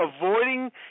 avoiding –